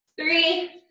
three